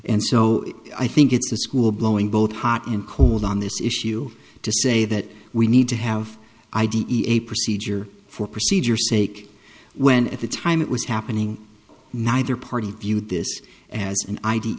and so i think it's a school blowing both hot and cold on this issue to say that we need to have id a procedure for procedure sake when at the time it was happening neither party viewed this as an i